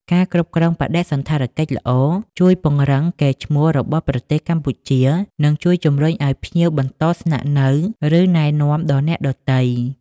ការគ្រប់គ្រងបដិសណ្ឋារកិច្ចល្អជួយពង្រឹងកេរិ៍្តឈ្មោះរបស់ប្រទេសកម្ពុជា និងជួយជម្រុញឱ្យភ្ញៀវបន្តស្នាក់ឬណែនាំដល់អ្នកដទៃ។